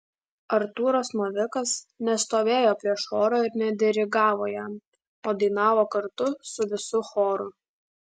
artūras novikas nestovėjo prieš chorą ir nedirigavo jam o dainavo kartu su visu choru